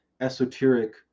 esoteric